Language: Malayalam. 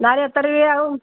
എന്നാലും എത്ര രൂപയാവും